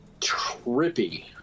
trippy